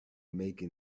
making